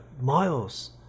miles